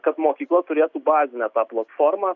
kad mokykla turėtų bazinę tą platformą